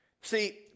See